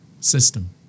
system